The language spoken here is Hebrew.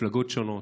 ממפלגות שונות,